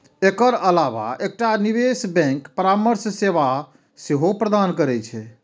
एकर अलावा एकटा निवेश बैंक परामर्श सेवा सेहो प्रदान करै छै